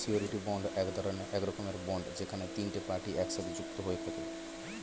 surety bond এক রকমের bond যেখানে তিনটে পার্টি একসাথে যুক্ত হয়ে থাকে